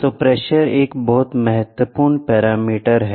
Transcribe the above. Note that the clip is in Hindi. तो प्रेशर एक बहुत महत्वपूर्ण पैरामीटर है